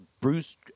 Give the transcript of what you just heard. Bruce